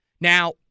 Now